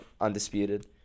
Undisputed